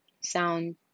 sound